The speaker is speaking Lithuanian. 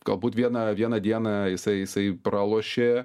galbūt vieną vieną dieną jisai jisai pralošė